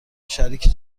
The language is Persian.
شریک